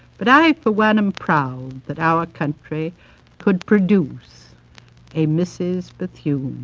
but i for one am proud that our country could produce a mrs. bethune.